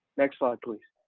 next slide please.